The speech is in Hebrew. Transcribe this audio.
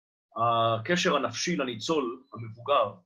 הקשר הנפשי לניצול המבוגר